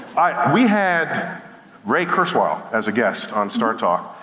we had ray kurzweil as a guest on startalk.